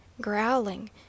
growling